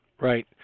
Right